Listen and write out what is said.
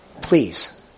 please